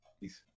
peace